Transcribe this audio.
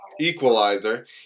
Equalizer